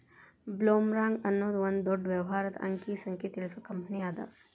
ಬ್ಲೊಮ್ರಾಂಗ್ ಅನ್ನೊದು ಒಂದ ದೊಡ್ಡ ವ್ಯವಹಾರದ ಅಂಕಿ ಸಂಖ್ಯೆ ತಿಳಿಸು ಕಂಪನಿಅದ